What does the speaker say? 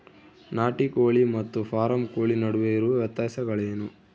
ನಾಟಿ ಕೋಳಿ ಮತ್ತು ಫಾರಂ ಕೋಳಿ ನಡುವೆ ಇರುವ ವ್ಯತ್ಯಾಸಗಳೇನು?